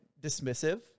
dismissive